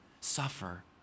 suffer